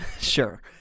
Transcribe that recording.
sure